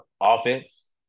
offense